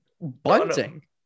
bunting